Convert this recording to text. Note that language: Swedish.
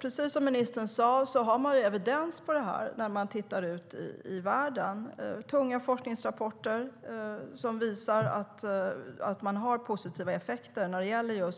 Precis som ministern sade finns det evidens på det här ute i världen. Tunga forskningsrapporter visar på positiva effekter när det gäller